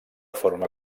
forma